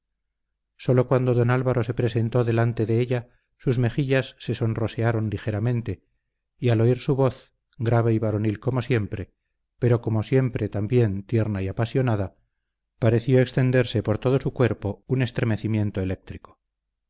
sólo cuando don álvaro se presentó delante de ella sus mejillas se sonrosearon ligeramente y al oír su voz grave y varonil como siempre pero como siempre también tierna y apasionada pareció extenderse por todo su cuerpo un estremecimiento eléctrico